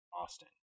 Austin